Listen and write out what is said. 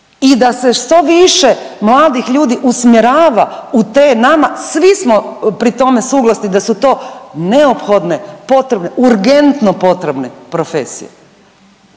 i da se što više mladih ljudi usmjerava u te nama, svi smo pri tome suglasni da su to neophodne potrebne, urgentno potrebne profesije.